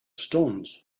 stones